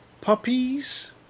Puppies